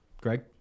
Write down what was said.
Greg